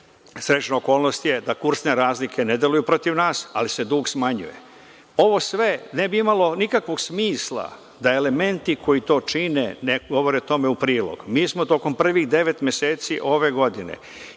Srećna okolnost nam je da kursne razlike ne deluju protiv nas, ali se dug smanjuje. Ovo sve ne bi imalo sve nikakvog smisla, da elementi koji to čine ne govore tome u prilog. Mi smo tokom prvih devet meseci ove godine